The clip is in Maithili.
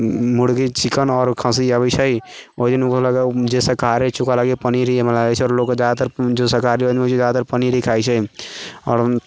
मुर्गे चिकन आओर खस्सी अबै छै ओइ जे शाकाहारी रहै छै ओकर अलगे पनीर ही बना दै छै आओर लोगके जादातर जो शाकाहार रहै छै जादातर उ पनीर ही खाइ छै आओर